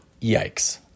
Yikes